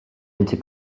into